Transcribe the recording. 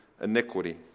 iniquity